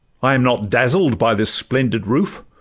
i am not dazzled by this splendid roof,